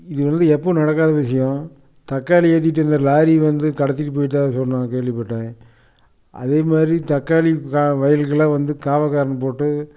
இதில் வந்து எப்பவும் நடக்காத விஷயம் தக்காளி ஏற்றிட்டு இருந்த லாரி வந்து கடத்திகிட்டு போயிட்டதாக சொன்னான் கேள்விப்பட்டேன் அதே மாதிரி தக்காளி கா வயலுக்கெலாம் வந்து காவல்க்காரன் போட்டு